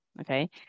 Okay